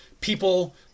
people